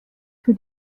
für